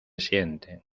sienten